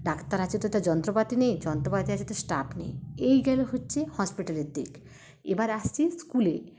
doctor আছে তো তার যন্ত্রপাতি নেই যন্ত্রপাতি আছে তো স্টাফ নেই এই গেলো হচ্ছে হসপিটালের দিক এবার আসছি স্কুলে